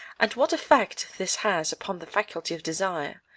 and what effect this has upon the faculty of desire.